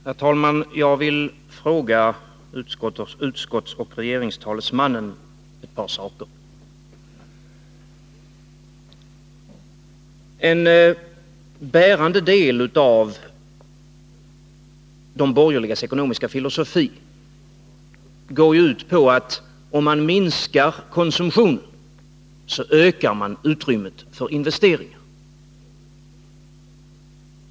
Herr talman! Jag vill fråga utskottsoch regeringstalesmannen ett par saker. En bärande del av de borgerligas ekonomiska filosofi går ut på att om man minskar konsumtionen, så ökar man utrymmet för investeringar.